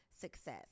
success